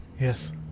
yes